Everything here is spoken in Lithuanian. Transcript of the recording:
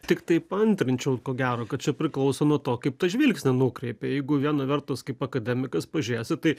tiktai paantrinčiau ko gero kad čia priklauso nuo to kaip tą žvilgsnį nukreipi jeigu viena vertus kaip akademikas pažiūrėsi tai